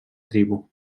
tribu